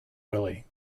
willie